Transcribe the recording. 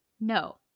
No